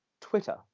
Twitter